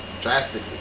drastically